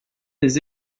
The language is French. des